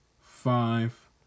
five